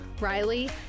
Riley